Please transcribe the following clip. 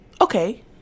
Okay